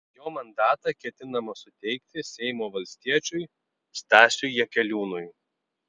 jo mandatą ketinama suteikti seimo valstiečiui stasiui jakeliūnui